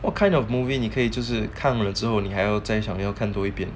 what kind of movie 你可以就是看了之后你还要再想要看多一遍